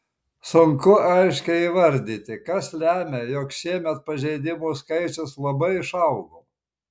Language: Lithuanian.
sunku aiškiai įvardyti kas lemia jog šiemet pažeidimų skaičius labai išaugo